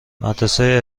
مدرسه